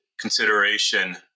consideration